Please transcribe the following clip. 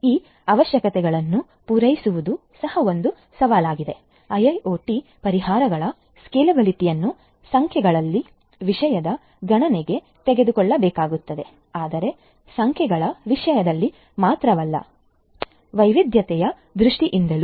ಈ ಅವಶ್ಯಕತೆಗಳನ್ನು ಪೂರೈಸುವುದು ಸಹ ಒಂದು ಸವಾಲಾಗಿದೆ IIoT ಪರಿಹಾರಗಳ ಸ್ಕೇಲೆಬಿಲಿಟಿ ಅನ್ನು ಸಂಖ್ಯೆಗಳ ವಿಷಯದಲ್ಲಿ ಗಣನೆಗೆ ತೆಗೆದುಕೊಳ್ಳಬೇಕಾಗುತ್ತದೆ ಆದರೆ ಸಂಖ್ಯೆಗಳ ವಿಷಯದಲ್ಲಿ ಮಾತ್ರವಲ್ಲ ವೈವಿಧ್ಯತೆಯ ದೃಷ್ಟಿಯಿಂದಲೂ